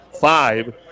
five